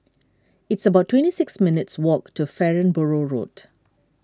it's about twenty six minutes' walk to Farnborough Road